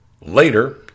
later